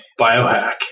biohack